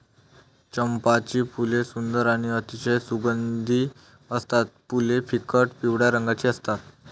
चंपाची फुले सुंदर आणि अतिशय सुगंधी असतात फुले फिकट पिवळ्या रंगाची असतात